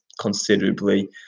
considerably